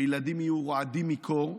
שילדים ירעדו מקור,